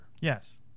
Yes